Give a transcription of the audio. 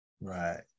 right